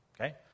okay